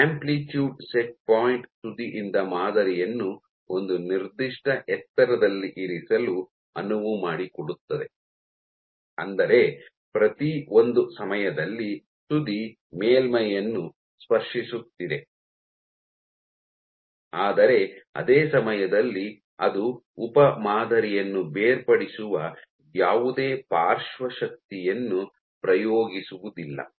amplitude set point ತುದಿಯಿಂದ ಮಾದರಿಯನ್ನು ಒಂದು ನಿರ್ದಿಷ್ಟ ಎತ್ತರದಲ್ಲಿ ಇರಿಸಲು ಅನುವು ಮಾಡಿಕೊಡುತ್ತದೆ ಅಂದರೆ ಪ್ರತಿ ಒಂದು ಸಮಯದಲ್ಲಿ ತುದಿ ಮೇಲ್ಮೈಯನ್ನು ಸ್ಪರ್ಶಿಸುತ್ತಿದೆ ಆದರೆ ಅದೇ ಸಮಯದಲ್ಲಿ ಅದು ಉಪ ಮಾದರಿಯನ್ನು ಬೇರ್ಪಡಿಸುವ ಯಾವುದೇ ಪಾರ್ಶ್ವ ಶಕ್ತಿಯನ್ನು ಪ್ರಯೋಗಿಸುವುದಿಲ್ಲ